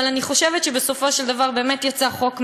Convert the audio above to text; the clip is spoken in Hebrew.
אבל אני חושבת שבסופו של דבר באמת יצא חוק מאוזן,